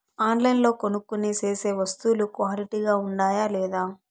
ఆన్లైన్లో కొనుక్కొనే సేసే వస్తువులు క్వాలిటీ గా ఉండాయా లేదా?